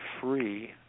free